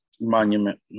monument